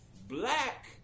black